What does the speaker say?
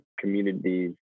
communities